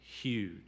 huge